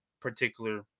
particular